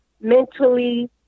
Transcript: mentally